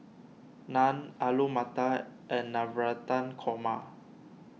Naan Alu Matar and Navratan Korma